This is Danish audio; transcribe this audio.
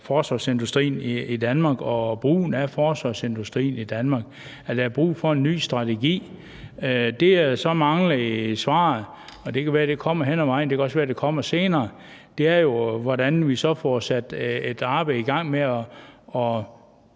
forsvarsindustrien i Danmark og brugen af den, og at der er brug for en ny strategi. Det, der så manglede i svaret – og det kan være, at det kommer hen ad vejen, og det kan også være, at det kommer senere – er jo, hvordan vi så får sat et arbejde i gang med at